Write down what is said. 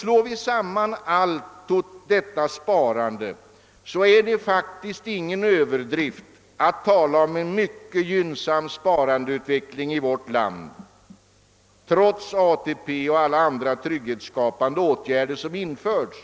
Slår vi samman allt detta sparande, finner vi att det faktiskt inte är någon överdrift att tala om en mycket gynnsam sparandeutveckling i vårt land trots ATP och alla andra trygghetsskapande åtgärder som genomförts.